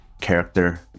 Character